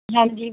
ਹਾਂਜੀ